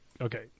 Okay